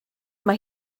mae